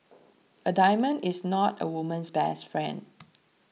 a diamond is not a woman's best friend